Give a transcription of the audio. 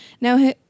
Now